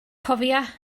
cofia